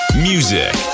music